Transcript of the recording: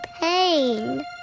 pain